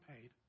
paid